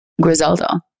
Griselda